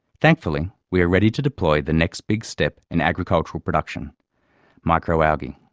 thankfully, we are ready to deploy the next big step in agricultural production microalgae.